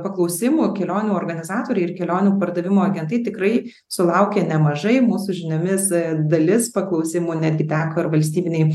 paklausimų kelionių organizatoriai ir kelionių pardavimo agentai tikrai sulaukia nemažai mūsų žiniomis dalis paklausimų netgi teko ir valstybinei